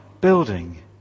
building